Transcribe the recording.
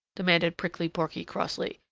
demanded prickly porky crossly.